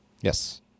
Yes